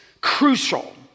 crucial